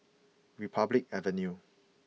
Republic Avenue